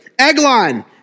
Eglon